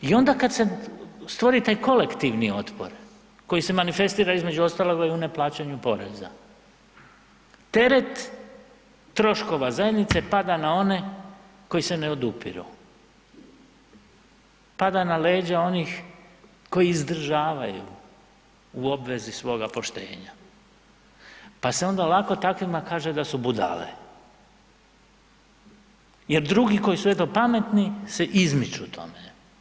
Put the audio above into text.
I onda kada se stvori taj kolektivni otpor koji se manifestira između ostaloga i u neplaćanju poreza, teret troškova zajednice pada na one koji se ne odupiru, pada na leđa onih koji izdržavaju u obvezi svoga poštenja, pa se onda lako takvima kaže da su budale jer drugi eto koji su pametni se izmiču tome.